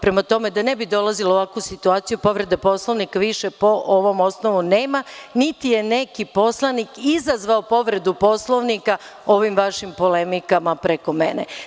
Prema tome, da ne bih dolazila u ovakvu situaciju, povrede Poslovnika više po ovom osnovu nema, niti je neki poslanik izazvao povredu Poslovnika ovim vašim polemikama preko mene.